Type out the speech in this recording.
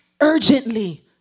urgently